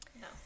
no